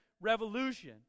revolution